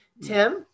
Tim